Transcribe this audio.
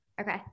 Okay